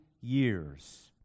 years